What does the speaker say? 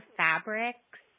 fabrics